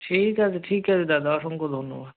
ঠিক আছে ঠিক আছে দাদা অসংখ্য ধন্যবাদ